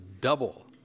double